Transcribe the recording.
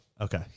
Okay